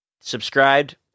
subscribed